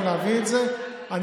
אני